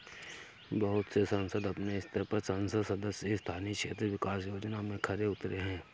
बहुत से संसद अपने स्तर पर संसद सदस्य स्थानीय क्षेत्र विकास योजना में खरे उतरे हैं